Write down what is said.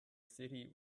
city